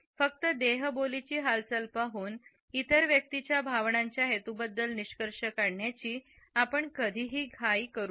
फक्त देहबोलीची की हालचाल पाहून इतर व्यक्तीच्या भावनांच्या हेतूबद्दल निष्कर्ष काढण्याची आपण कधीही घाई करू नये